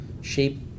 shape